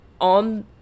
on